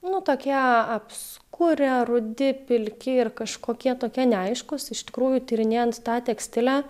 nu tokie apskurę rudi pilki ir kažkokie tokie neaiškūs iš tikrųjų tyrinėjant tą tekstilę